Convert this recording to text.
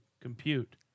compute